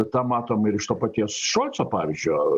tą matom ir iš to paties šolco pavyzdžio